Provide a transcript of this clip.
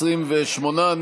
28,